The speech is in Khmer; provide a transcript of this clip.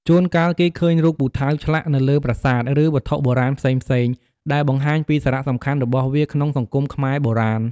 ជួនកាលគេឃើញរូបពូថៅឆ្លាក់នៅលើប្រាសាទ ឬវត្ថុបុរាណផ្សេងៗ ដែលបង្ហាញពីសារៈសំខាន់របស់វាក្នុងសង្គមខ្មែរបុរាណ។